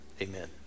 Amen